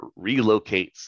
relocates